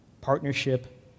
partnership